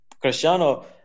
Cristiano